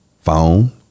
phone